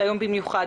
והיום במיוחד,